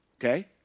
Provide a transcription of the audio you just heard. Okay